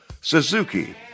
Suzuki